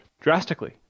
drastically